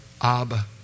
abba